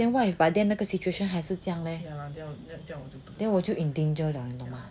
then what if by then 那个 situation 还是这样 leh then 我就 in danger liao